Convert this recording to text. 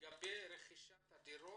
לגבי רכישת דירה.